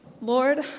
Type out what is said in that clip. Lord